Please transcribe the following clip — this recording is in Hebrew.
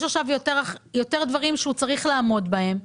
יש יותר דברים שהוא צריך לעמוד בהם,